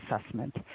assessment